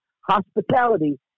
hospitality